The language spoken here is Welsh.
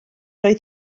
oedd